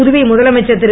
புதுவை முதலமைச்சர் திரு